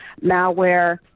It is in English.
malware